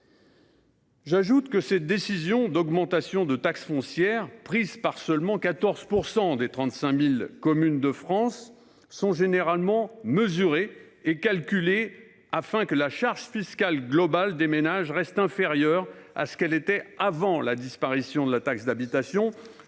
J’ajoute que ces décisions d’augmentation de la taxe foncière, prises par seulement 14 % des 35 000 communes de France, sont généralement mesurées et calculées pour que la charge fiscale globale des ménages reste inférieure à ce qu’elle était avant la disparition de la taxe d’habitation,